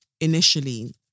initially